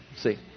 See